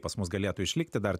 pas mus galėtų išlikti dar